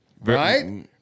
Right